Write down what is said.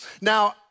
Now